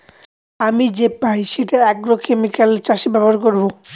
আমি যে পাই সেটা আগ্রোকেমিকাল চাষে ব্যবহার করবো